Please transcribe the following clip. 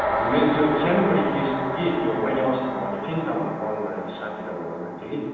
हजुर मेरो त्यो सानो बढी केस थियो कि त्यो मैले अस्ति भनेको थिएँ नि तपाईँलाई कल गरेर साथीलाई भन्नु लगाएको थिएँ कि